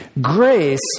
grace